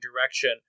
direction